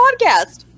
podcast